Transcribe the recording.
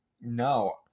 no